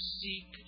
seek